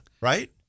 right